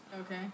Okay